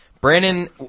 Brandon